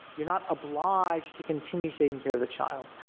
you're not obliged to continue taking care of the child.